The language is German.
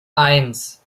eins